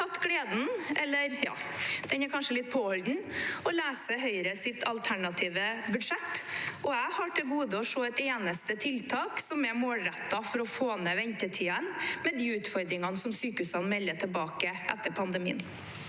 jeg hatt gleden – eller den er kanskje litt påholden – av å lese Høyres alternative budsjett, og jeg har til gode å se et eneste tiltak som er målrettet for å få ned ventetidene, med de utfordringene som sykehusene melder tilbake etter pandemien.